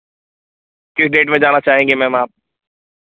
किस डेट में जाना चाहेंगे मैम आप